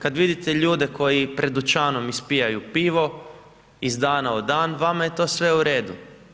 Kad vidite ljude koji pred dućanom ispijaju pivo iz dana u dan, vama je to sve u redu.